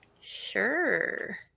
Sure